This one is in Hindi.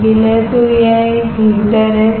तो यह एक हीटर हैसही है